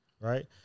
Right